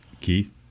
Keith